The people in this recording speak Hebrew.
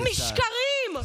משקרים.